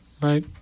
Right